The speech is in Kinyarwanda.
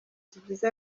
zigize